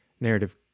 narrative